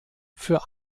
für